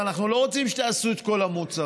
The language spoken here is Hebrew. אנחנו לא רוצים שתעשו את כל המוצרים,